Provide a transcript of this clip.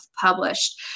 published